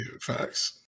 facts